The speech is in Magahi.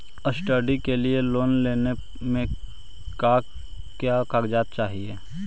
स्टडी के लिये लोन लेने मे का क्या कागजात चहोये?